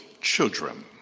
children